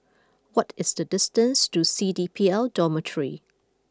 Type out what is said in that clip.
what is the distance to C D P L Dormitory